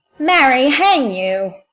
marry, hang you!